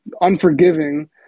unforgiving